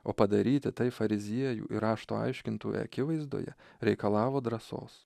o padaryti tai fariziejų ir rašto aiškintojų akivaizdoje reikalavo drąsos